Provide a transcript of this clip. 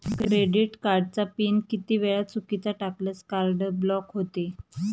Credit कार्डचा PIN किती वेळा चुकीचा टाकल्यास कार्ड ब्लॉक होते?